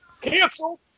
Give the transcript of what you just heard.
Cancel